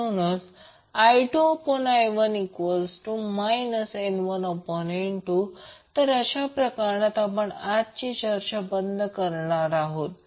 म्हणून I2I1 N1N2 तर अशाप्रकारे आपण आपली आजची चर्चा बंद करत आहोत